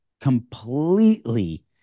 completely